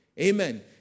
Amen